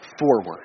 forward